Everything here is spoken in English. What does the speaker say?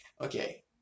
Okay